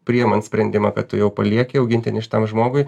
priėmant sprendimą kad tu jau palieki augintinį šitam žmogui